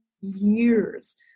years